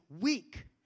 weak